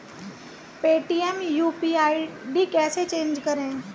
Paytm UPI ID कैसे change करें?